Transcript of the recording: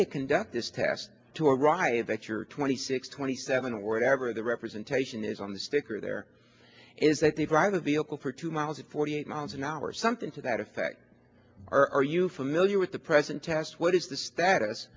to conduct this test to arrive at your twenty six twenty seven or whatever the representation is on the sticker there is that they drive a vehicle for two miles or forty eight miles an hour something to that effect are you familiar with the present test what is the status